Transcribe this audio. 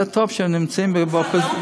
זה טוב כשנמצאים באופוזיציה,